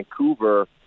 Vancouver